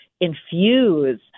infuse